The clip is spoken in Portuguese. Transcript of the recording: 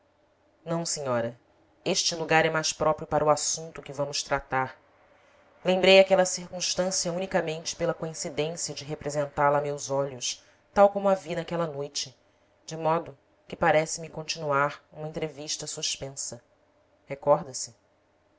não senhora este lugar é mais próprio para o assunto que vamos tratar lembrei aquela circunstância unicamente pela coincidência de representá-la a meus olhos tal como a vi naquela noite de modo que parece-me continuar uma entrevista suspensa recorda se